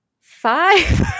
five